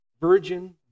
virgin